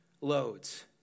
loads